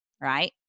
right